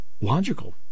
Logical